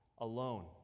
alone